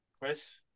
Chris